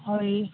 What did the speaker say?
ହଇ